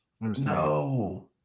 No